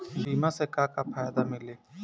बीमा से का का फायदा मिली?